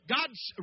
God's